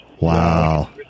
Wow